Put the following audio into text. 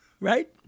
right